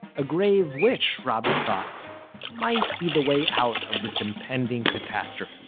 a grave which robby thought might be the way out of this impending catastrophe.